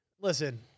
Listen